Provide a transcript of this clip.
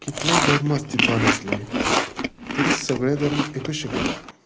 कितले धर्म अस्तित्वांत आसले तरी सगळें धर्म एकूच शिकयतात